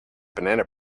banana